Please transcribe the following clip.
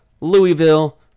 Louisville